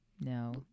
No